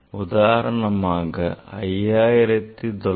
உதாரணமாக 5960